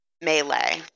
melee